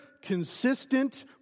Consistent